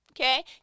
okay